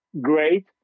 Great